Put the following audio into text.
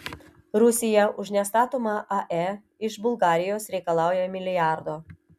rusija už nestatomą ae iš bulgarijos reikalauja milijardo